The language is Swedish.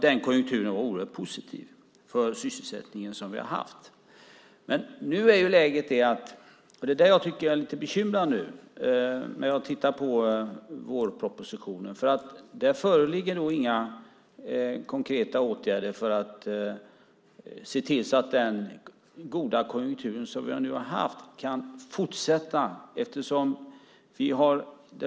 Den konjunkturen var oerhört positiv för sysselsättningen. Men nu är läget sådant att jag blir lite bekymrad när jag tittar på vårpropositionen. Där föreligger inga konkreta åtgärder för att se till att den goda konjunktur som vi har haft kan fortsätta.